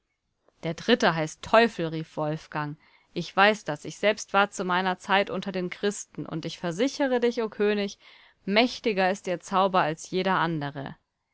der dritte heißt teufel rief wolfgang ich weiß das ich selbst war zu meiner zeit unter den christen und ich versichere dich o könig mächtiger ist ihr zauber als jeder andere